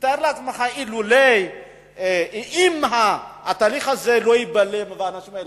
תאר לעצמך, אם התהליך הזה לא ייבלם והאנשים האלה